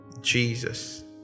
jesus